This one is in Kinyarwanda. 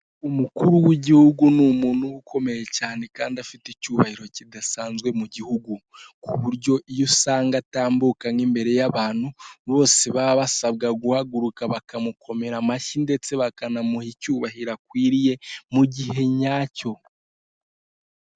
Umukuru w'igihugu ni umuntu ukomeye cyane kandi afite icyubahiro kidasanzwe mu gihugu, ku buryo iyo usanga atambuka nk'imbere y'abantu bose baba basabwa guhaguruka bakamukomera amashyi ndetse bakanamuha icyubahiro akwiriye mu gihe nyacyo.